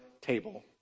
table